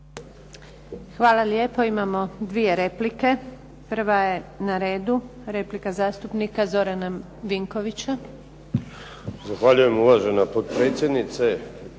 Hvala lijepo. Imamo 2 replike. Prva je na redu replika zastupnika Zorana Vinkovića. **Vinković, Zoran (SDP)** Zahvaljujem uvažena potpredsjednice.